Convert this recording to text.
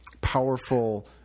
powerful